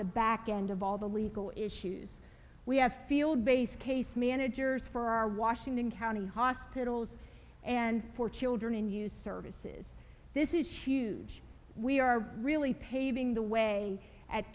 the back end of all the legal issues we have field base case managers for our washington county hospitals and for children in use services this is huge we are really paving the way at